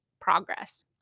progress